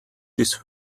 this